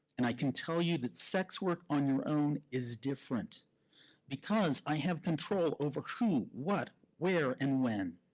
and i can tell you that sex work on your own is different because i have control over who, what, where, and when.